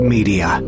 Media